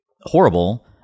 horrible